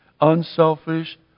unselfish